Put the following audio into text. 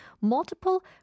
multiple